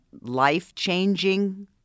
life-changing